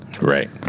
Right